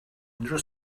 unrhyw